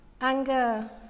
anger